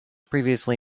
previously